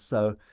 so,